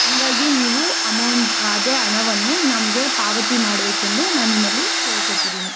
ಹಂಗಾಗಿ ನೀವು ಅಮೌಂಟ್ ಅದೇ ಹಣವನ್ನು ನಮಗೆ ಪಾವತಿ ಮಾಡಬೇಕೆಂದು ನಾನು ನಿಮ್ಮಲ್ಲಿ ಕೇಳ್ಕೋತಿದ್ದೀನಿ